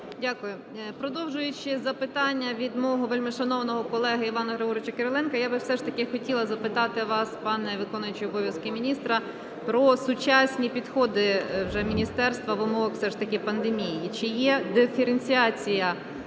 Дякую. Продовжуючи запитання від мого вельмишановного колеги Івана Григоровича Кириленка, я би все ж таки хотіла запитати вас, пане виконуючий обов'язки міністра, про сучасні підходи вже міністерства в умовах все ж таки пандемії. Чи є диференціація